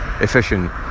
efficient